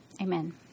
Amen